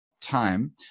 time